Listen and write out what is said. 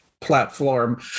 platform